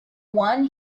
one